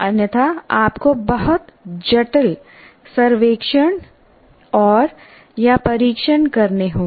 अन्यथा आपको बहुत जटिल सर्वेक्षण औरया परीक्षण करने होंगे